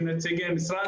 של נציגי משרד,